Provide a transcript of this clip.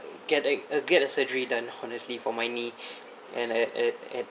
get a uh get a surgery done honestly for my knee and I I I